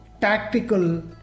tactical